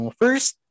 first